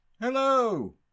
Hello